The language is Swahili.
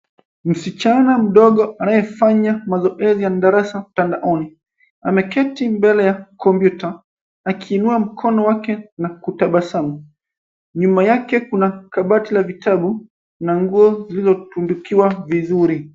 Msichana mdogo anaye fanya mazoezi ya darasa mtandaoni, ameketi mbele ya kompyuta aki inua mkono wake n kutabasamu. Nyuma yake kuna kabati ya vitabu na nguo zilizo tundukiwa vizuri.